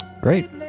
Great